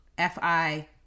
F-I-